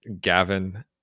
Gavin